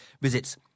visits